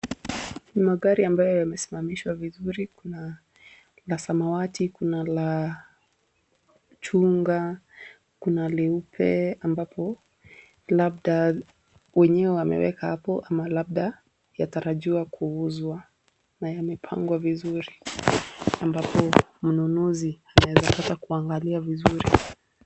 Ni magari ambayo yamesimamishwa vizuri. Kuna ya samawati, kuna la chungwa, kuna leupe ambapo labda wenye wameweka apo ama labda zinatarajiwa kuuzwa na yamepangwa vizuri ambapo mnunuzi anaeza kuangalia vizuri.